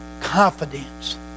Confidence